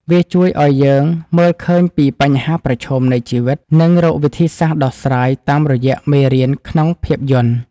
វាជួយឱ្យយើងមើលឃើញពីបញ្ហាប្រឈមនៃជីវិត និងរកវិធីសាស្ត្រដោះស្រាយតាមរយៈមេរៀនក្នុងភាពយន្ត។